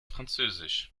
französisch